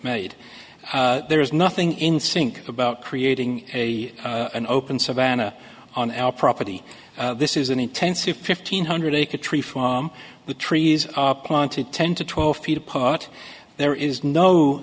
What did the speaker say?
made there is nothing in sync about creating a an open savannah on our property this is an intensive fifteen hundred acre tree from the trees planted ten to twelve feet apart there is no